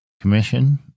Commission